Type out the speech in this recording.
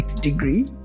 degree